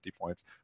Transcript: points